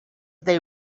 they